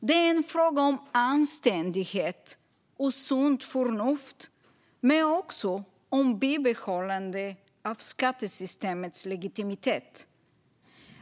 Det är en fråga om anständighet och sunt förnuft men också om bibehållande av skattesystemets legitimitet.